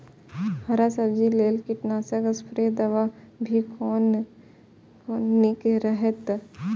हरा सब्जी के लेल कीट नाशक स्प्रै दवा भी कोन नीक रहैत?